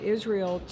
Israel